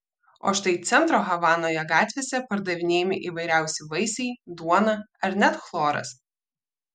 o štai centro havanoje gatvėse pardavinėjami įvairiausi vaisiai duona ar net chloras